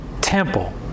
temple